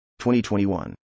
2021